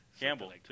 Campbell